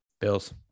Bills